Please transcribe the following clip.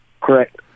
Correct